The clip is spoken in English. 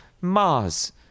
Mars